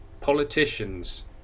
politicians